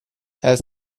has